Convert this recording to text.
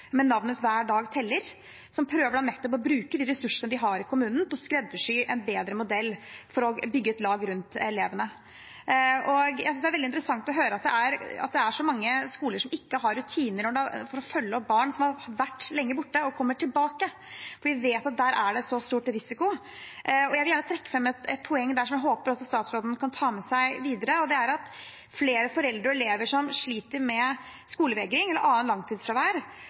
navnet «Hver dag teller!», som prøver å bruke nettopp de ressursene de har i kommunen, til å skreddersy en bedre modell for å bygge et lag rundt elevene. Det var veldig interessant å høre at det er så mange skoler som ikke har rutiner for å følge opp barn som har vært lenge borte og kommer tilbake, når vi vet at det er så stor risiko. Jeg vil gjerne trekke fram et poeng som jeg håper statsråden kan ta med seg videre, og det er at flere foreldre og elever som sliter med skolevegring eller annet langtidsfravær,